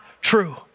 true